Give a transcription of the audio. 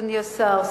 אדוני השר,